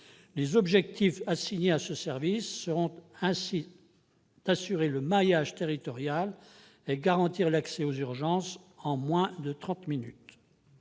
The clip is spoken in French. Les objectifs assignés à ce service seraient ainsi d'assurer le maillage territorial et de garantir l'accès aux urgences en moins de trente minutes.